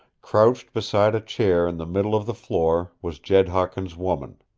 crouched beside a chair in the middle of the floor was jed hawkins's woman.